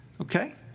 Okay